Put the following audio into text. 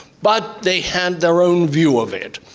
but they had their own view of it.